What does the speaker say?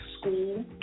school